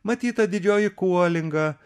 matyta didžioji kuolinga